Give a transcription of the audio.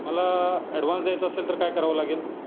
मला ॲडव्हान्स द्यायचा असेल तर काय करावं लागेल